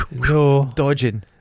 Dodging